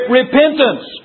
repentance